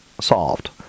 solved